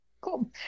Cool